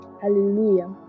Hallelujah